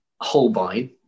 Holbein